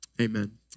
amen